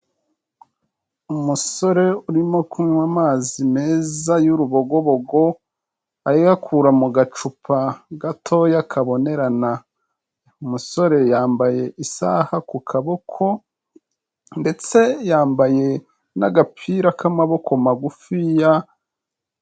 Umusore urimo kunywa amazi meza y'urubogobogo, ayakura mu gacupa gatoya kabonerana, umusore yambaye isaha ku kaboko, ndetse yambaye n'agapira k'amaboko magufiya.